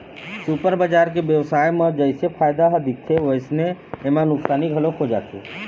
super बजार के बेवसाय म जइसे फायदा ह दिखथे वइसने एमा नुकसानी घलोक हो जाथे